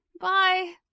Bye